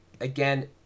again